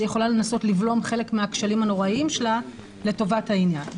יכולה לנסות לבלום חלק מהכשלים הנוראיים שלה לטובת העניין.